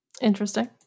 Interesting